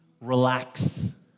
relax